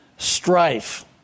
Strife